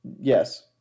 yes